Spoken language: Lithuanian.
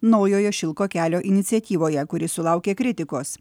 naujojo šilko kelio iniciatyvoje kuri sulaukė kritikos